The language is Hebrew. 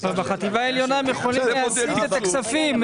בחטיבה העליונה הם יכולים להשיג את הכספים.